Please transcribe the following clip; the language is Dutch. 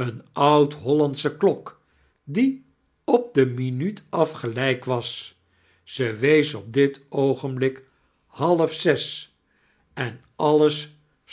eene oud-houandscihe klok die op de minjunt af gelijk was ze wees op dit oogeniblik half zes en alles